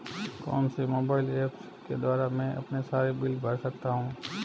कौनसे mobile apps के द्वारा मैं अपने सारे बिल भर सकता हूं?